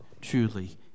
truly